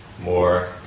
more